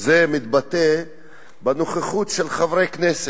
זה מתבטא בנוכחות של חברי הכנסת.